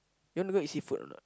you wanna go eat seafood or not